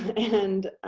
and